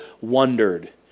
wondered